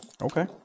Okay